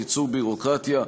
קיצור ביורוקרטיה,